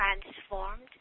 transformed